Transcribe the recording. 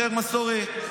יותר מסורת,